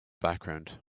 background